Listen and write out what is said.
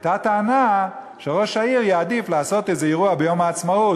הייתה טענה שראש העיר יעדיף לעשות איזה אירוע ביום העצמאות,